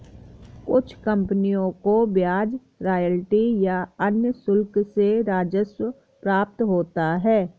कुछ कंपनियों को ब्याज रॉयल्टी या अन्य शुल्क से राजस्व प्राप्त होता है